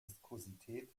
viskosität